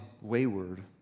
wayward